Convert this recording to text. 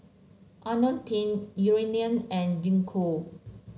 IoniL T Eucerin and Gingko